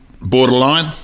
borderline